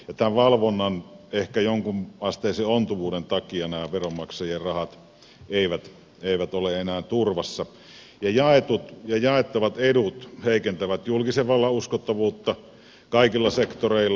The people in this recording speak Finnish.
tämän valvonnan ehkä jonkunasteisen ontuvuuden takia nämä veronmaksajien rahat eivät ole enää turvassa ja jaetut ja jaettavat edut heikentävät julkisen vallan uskottavuutta kaikilla sektoreilla